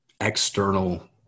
external